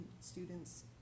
students